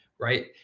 right